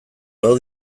lau